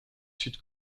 sud